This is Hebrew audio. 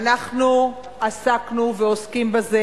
אנחנו עסקנו ועוסקים בזה.